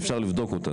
אפשר לבדוק אותה,